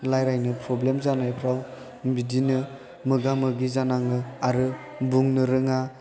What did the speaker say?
रायज्लायनो प्रब्लेम जानायफोराव बिदिनो मोगा मोगि जानाङो आरो बुंनो रोङा